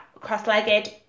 cross-legged